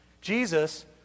Jesus